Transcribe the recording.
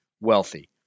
wealthy